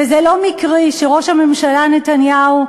וזה לא מקרי שראש הממשלה נתניהו,